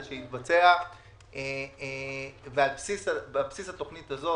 על בסיס התוכנית הזאת,